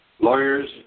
Lawyers